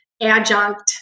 adjunct